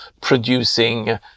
producing